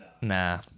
Nah